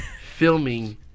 filming